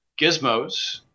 gizmos